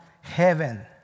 heaven